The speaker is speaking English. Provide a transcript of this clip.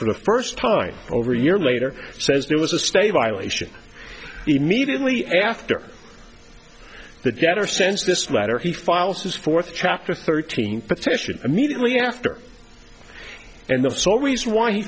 for the first time over a year later says there was a stabilization immediately after the debtor sends this letter he files his fourth chapter thirteen petition immediately after and the sole reason why he